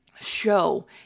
show